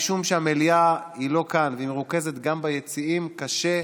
משום שהמליאה לא כאן והיא מרוכזת גם ביציעים, קשה,